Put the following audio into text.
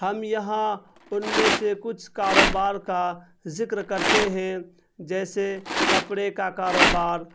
ہم یہاں ان میں سے کچھ کاروبار کا ذکر کرتے ہیں جیسے کپڑے کا کاروبار